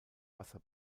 wasser